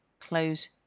close